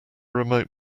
remote